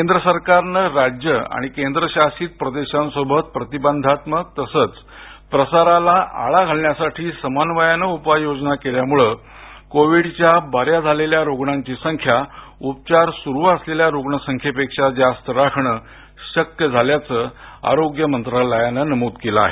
केंद्र सरकारनं राज्यं आणि केंद्रशासित प्रदेशांसोबत प्रतिबंधात्मक तसंच प्रसाराला आळा घालण्यासाठी समन्वयानं उपाययोजना केल्यामुळे कोविडच्या बऱ्या झालेल्या रुग्णांची संख्या उपचार सुरू असलेल्या रुग्णसंख्येपेक्षा जास्त राखणं शक्य झाल्याचं आरोग्य मंत्रालयानं नमूद केलं आहे